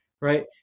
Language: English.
right